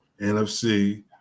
nfc